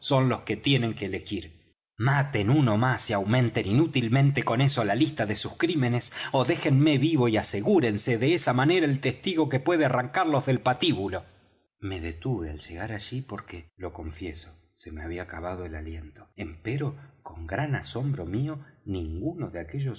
los que tienen que elegir maten uno más y aumenten inútilmente con eso la lista de sus crímenes ó déjenme vivo y asegúrense de esa manera el testigo que puede arrancarlos del patíbulo me detuve al llegar aquí porque lo confieso se me había acabado el aliento empero con gran asombro mío ninguno de aquellos